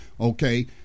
Okay